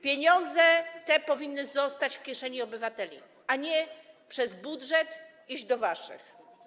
Pieniądze te powinny zostać w kieszeni obywateli, a nie przez budżet iść do waszych.